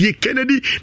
Kennedy